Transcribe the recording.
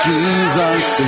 Jesus